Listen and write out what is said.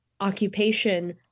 occupation